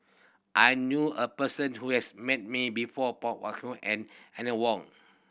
I knew a person who has met Hong and Eleanor Wong